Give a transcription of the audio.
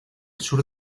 sur